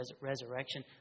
resurrection